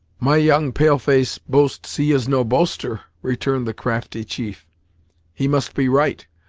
my young pale-face boasts he is no boaster, returned the crafty chief he must be right.